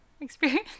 experience